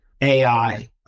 AI